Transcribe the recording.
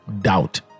doubt